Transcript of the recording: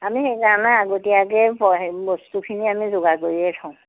আমি সেইকাৰণে আগতীয়াকৈ অঁ হেৰি বস্তুখিনি আমি যোগাৰ কৰিয়ে থওঁ